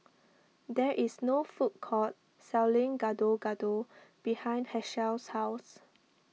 there is a food court selling Gado Gado behind Hershel's house